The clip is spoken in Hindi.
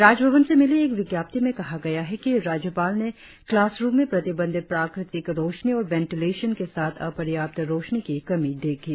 राजभवन से मिली एक विज्ञप्ति में कहा गया है कि राज्यपाल ने क्लासरुम में प्रतिबंधित प्राकृतिक रोशनी और वेंटिलेशन के साथ अपर्याप्त रोशनी पाई